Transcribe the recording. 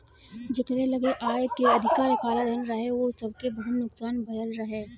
जेकरी लगे आय से अधिका कालाधन रहे उ सबके बहुते नुकसान भयल रहे